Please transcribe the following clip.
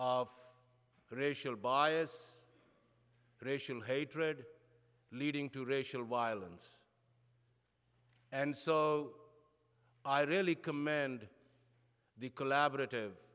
of racial bias racial hatred leading to racial violence and so i really commend the collaborative